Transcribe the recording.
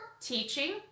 teaching